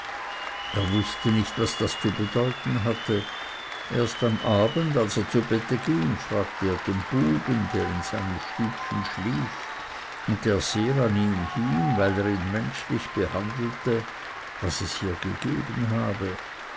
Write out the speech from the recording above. er wußte nicht was das zu bedeuten hatte erst am abend als er zu bette ging fragte er den buben der in seinem stübchen schlief und der sehr an ihm hing weil er ihn menschlich behandelte was es gegeben habe